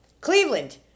Cleveland